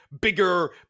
bigger